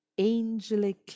Angelic